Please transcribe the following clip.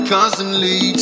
Constantly